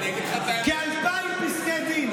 אני אגיד לך את האמת, כ-2,000 פסקי דין.